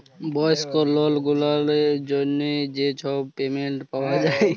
বয়স্ক লক গুলালের জ্যনহে যে ছব পেলশল পাউয়া যায়